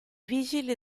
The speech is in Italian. vigili